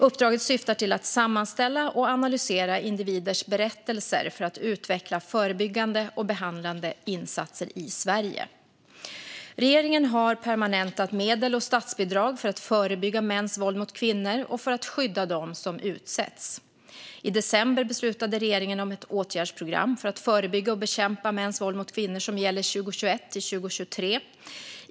Uppdraget syftar till att sammanställa och analysera individers berättelser för att utveckla förebyggande och behandlande insatser i Sverige. Regeringen har permanentat medel och statsbidrag för att förebygga mäns våld mot kvinnor och för att skydda de som utsätts. I december beslutade regeringen om ett åtgärdsprogram för att förebygga och bekämpa mäns våld mot kvinnor som gäller 2021-2023.